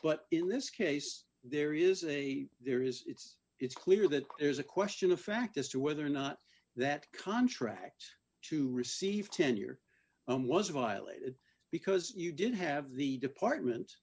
but in this case there is a there is it's it's clear that there's a question of fact as to whether or not that contract to receive tenure and was violated because you did have the department